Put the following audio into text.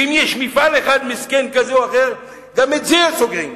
ואם יש מפעל מסכן כזה או אחר, גם את זה הם סוגרים.